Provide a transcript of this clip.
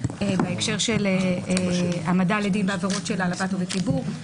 בהקשר של העמדה לדין בעבירות של העלבת עובד ציבור,